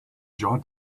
jaw